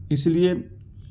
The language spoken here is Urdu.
اس لیے